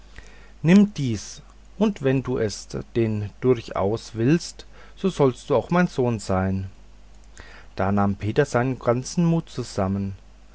nimm dies und wenn du es denn durchaus willst so sollst du auch mein sohn sein da nahm peter seinen ganzen mut zusammen